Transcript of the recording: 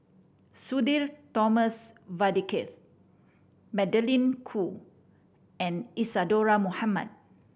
Sudhir Thomas Vadaketh Magdalene Khoo and Isadhora Mohamed